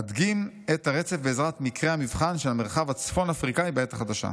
אדגים את הרצף בעזרת מקרה המבחן של המרחב הצפון אפריקאי בעת החדשה.